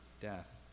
death